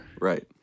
Right